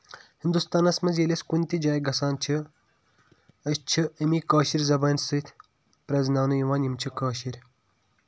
ہِنٛدُستانَس منٛز ییٚلہِ أسۍ کُنہِ تہِ جایہِ گژھان چھِ أسۍ چھِ اَمی کٲشِر زَبان سۭتۍ پرزٕناؤنہٕ یِوان یِم چھِ کٲشِر